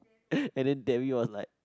and then Demi was like